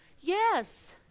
Yes